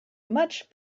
much